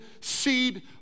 seed